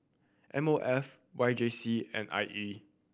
M O F Y J C and I E